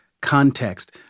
context